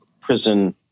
prison